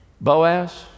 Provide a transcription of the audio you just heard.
Boaz